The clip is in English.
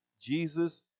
Jesus